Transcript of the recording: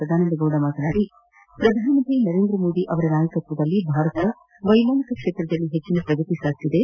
ಸದಾನಂದಗೌಡ ಮಾತನಾಡಿ ಪ್ರಧಾನಿ ನರೇಂದ್ರಮೋದಿ ಅವರ ನಾಯಕತ್ವದಲ್ಲಿ ಭಾರತ ವೈಮಾನಿಕ ಕ್ಷೇತ್ರದಲ್ಲಿ ಹೆಚ್ಚಿನ ಪ್ರಗತಿ ಸಾಧಿಸಿದೆ